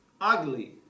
ugly